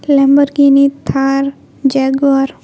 Lamborghini Thar jaguar